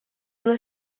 una